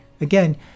Again